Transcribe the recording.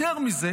יותר מזה,